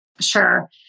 Sure